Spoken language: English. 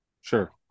Sure